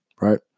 Right